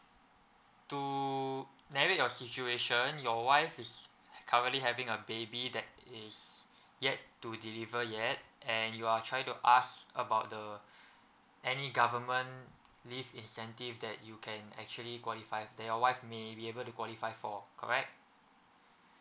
to narrate your situation your wife is currently having a baby that is yet to deliver yet and you are trying to ask about the any government leave incentive that you can actually qualify that your wife may be able to qualify for correct